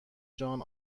جان